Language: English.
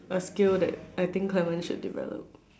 a skill that I think clement should develop